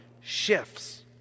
shifts